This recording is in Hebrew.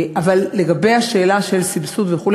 אבל לגבי השאלה על סבסוד וכו',